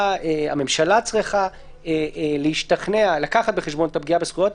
הממשלה צריכה לקחת בחשבון את הפגיעה בזכויות,